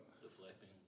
deflecting